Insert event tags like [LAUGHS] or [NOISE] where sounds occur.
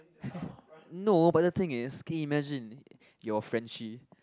[LAUGHS] no but the thing is can you imagine you're Frenchie